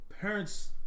parents